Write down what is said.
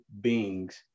beings